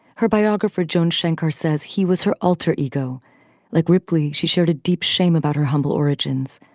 her biographer, joan shenker says he was her alter ego like ripley. she shared a deep shame about her humble origins.